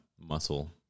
muscle